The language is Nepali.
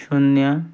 शून्य